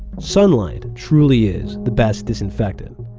sunlight truly is the best disinfectant,